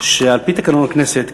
שעל-פי תקנון הכנסת,